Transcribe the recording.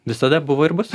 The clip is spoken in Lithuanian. visada buvo ir bus